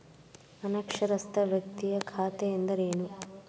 ಅನಕ್ಷರಸ್ಥ ವ್ಯಕ್ತಿಯ ಖಾತೆ ಎಂದರೇನು?